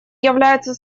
являются